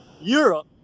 Europe